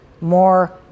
more